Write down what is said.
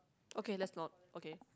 okay let's not okay